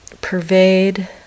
pervade